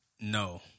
no